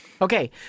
Okay